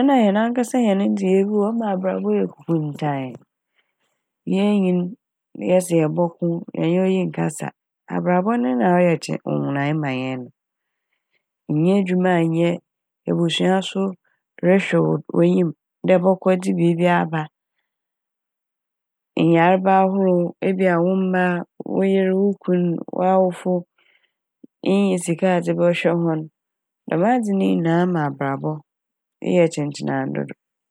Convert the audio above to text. Nna hɛn ankasa hɛn ndzeyɛɛ bi wɔ hɔ a ɔma abrabɔ yɛ kuntae. Yenyin na yɛse yɛbɔko, yɛnye oyi nnkasa a, abrabɔ no na ɔyɛ a ɔba hɛn do. Innya edwuma nnyɛ, ebusua so rohwɛ wo- w'enyim dɛ bɔkɔ dze biiibi aba a. Nyarba ahorow ebia wo mba a, wo yer, wo kun, w'awofo innya sika a edze bɔhwɛ hɔn dɛm adze yi nyinaa ma abrabɔ eyɛ kyinkyinae dodow.